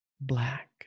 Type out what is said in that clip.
black